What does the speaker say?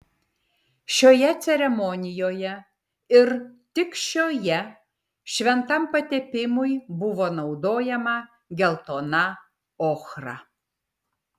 šioje ceremonijoje ir tik šioje šventam patepimui buvo naudojama geltona ochra